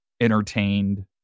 entertained